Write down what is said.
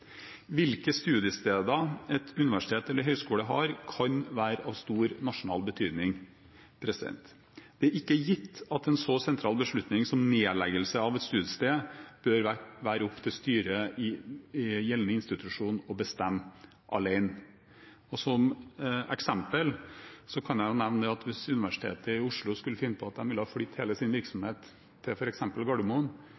Hvilke studiesteder et universitet eller en høyskole har, kan være av stor nasjonal betydning. Det er ikke gitt at en så sentral beslutning som nedleggelse av et studiested bør være opp til styret i gjeldende institusjon å bestemme alene. Som eksempel kan jeg nevne at hvis Universitetet i Oslo skulle finne på at de ville flytte hele sin